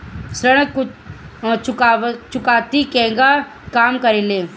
ऋण चुकौती केगा काम करेले?